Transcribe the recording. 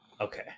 Okay